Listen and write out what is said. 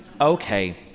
Okay